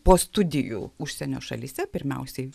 po studijų užsienio šalyse pirmiausiai